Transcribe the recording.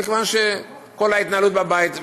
כיוון שיש את כל ההתנהלות בבית.